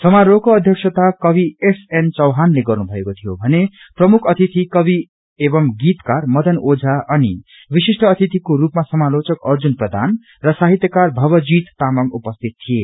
समारोहको अध्यक्षता कवि एस एन चौहानले गर्नुभएको थियो भने प्रमुख अतिथि कवि एवं गीतकार मदन ओझा अनि विशिष्ट अतिथिको रूपमा समालोचक अर्जुन प्रधान र साहित्यकार भवजीत तामंग उपस्थित थिए